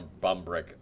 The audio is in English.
Bumbrick